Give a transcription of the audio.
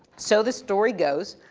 so the story goes,